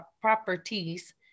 properties